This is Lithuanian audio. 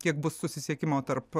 kiek bus susisiekimo tarp